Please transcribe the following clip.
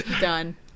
done